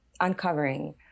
uncovering